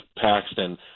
Paxton